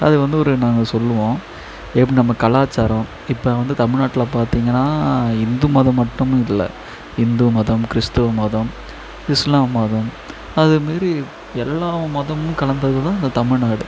அது வந்து ஒரு நாங்கள் சொல்வோம் எப்படி நம்ம கலாச்சாரம் இப்போ வந்து தமிழ்நாட்டில் பார்த்தீங்கன்னா இந்து மதம் மட்டும் இல்லை இந்து மதம் கிறிஸ்துவ மதம் இஸ்லாம் மதம் அதுமாரி எல்லா மதமும் கலந்தது தான் இந்த தமிழ்நாடு